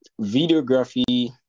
Videography